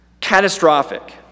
Catastrophic